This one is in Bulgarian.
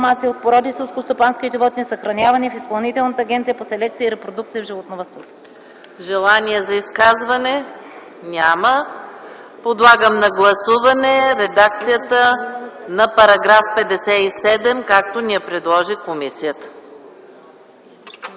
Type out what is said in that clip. Желание за изказване няма. Подлагам на гласуване редакцията на § 57, както ни я предложи комисията.